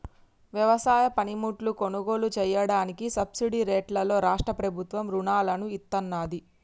వ్యవసాయ పనిముట్లు కొనుగోలు చెయ్యడానికి సబ్సిడీ రేట్లలో రాష్ట్ర ప్రభుత్వం రుణాలను ఇత్తన్నాది